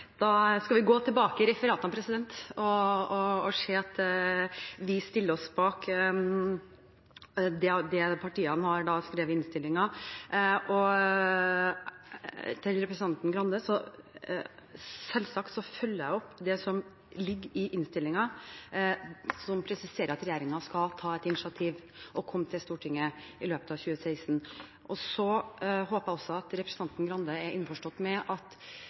da skal vi gå tilbake i referatene og se at vi stiller oss bak det partiene har skrevet i innstillingen. Til representanten Grande: Selvsagt følger jeg opp det som ligger i innstillingen som presiserer at regjeringen skal ta initiativ og komme til Stortinget i løpet av 2016. Jeg håper også at representanten Grande er innforstått med at